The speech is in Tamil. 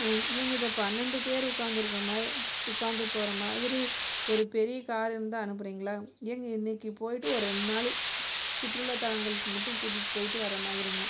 ஏங்க இந்த பன்னெரெண்டு பேர் உட்காந்திருக்கமாரி உட்காந்து போகிறமாதிரி ஒரு பெரிய கார் இருந்தால் அனுப்பறீங்களா ஏங்க இன்றைக்கிப் போய்ட்டு ஒரு ரெண்டு நாள் சுற்றுலா தலங்களுக்கு மட்டும் கூட்டிகிட்டுப் போயிட்டு வர்ற மாதிரிங்க